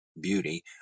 Beauty